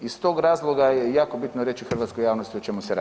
Iz tog razloga je jako bitno reći hrvatskoj javnosti o čemu se radi.